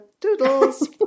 Doodles